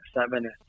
seven